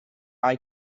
eye